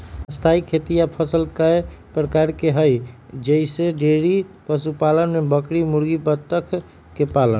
स्थाई खेती या फसल कय प्रकार के हई जईसे डेइरी पशुपालन में बकरी मुर्गी बत्तख के पालन